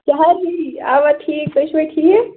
کیٛاہ حظ یی اَوا ٹھیٖک تُہۍ چھُوا ٹھیٖک